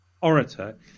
orator